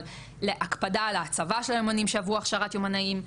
אבל הקפדה על ההצבה של היומנאים שעברו הכשרת יומנאים,